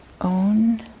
own